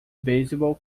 beisebol